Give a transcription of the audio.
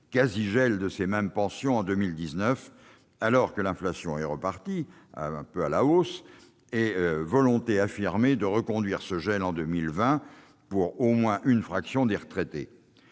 quasi-gel de ces mêmes pensions en 2019, alors que l'inflation est repartie à la hausse, et la volonté affirmée de reconduire ce gel en 2020 pour, au moins, une fraction des retraités.